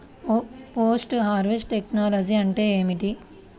Post harvest technology అంటే ఏమిటి?